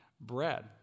bread